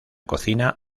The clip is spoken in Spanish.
cocina